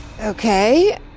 Okay